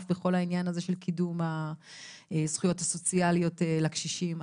בכל העניין הזה של קידום הזכויות הסוציאליות לקשישים.